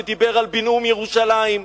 שדיבר על בינאום ירושלים.